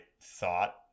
thought